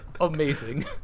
amazing